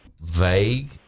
vague